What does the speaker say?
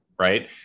right